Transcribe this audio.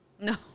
No